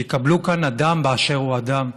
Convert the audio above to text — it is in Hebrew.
שיקבלו כאן אדם באשר הוא אדם,